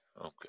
Okay